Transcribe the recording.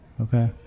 Okay